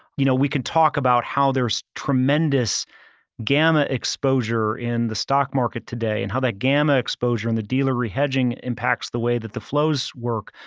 you know we can talk about how there's tremendous gamma exposure in the stock market today and how that gamma exposure and the dealer re-hedging impacts the way that the flows work.